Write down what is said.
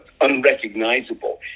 unrecognizable